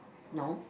no